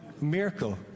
miracle